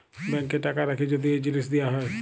ব্যাংকে টাকা রাখ্যে যদি এই জিলিস দিয়া হ্যয়